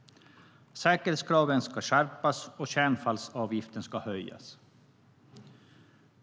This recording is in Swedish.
Säkerhetskraven ska skärpas, och kärnavfallsavgiften ska höjas.